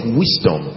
wisdom